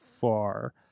far